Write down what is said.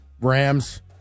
Rams